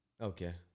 Okay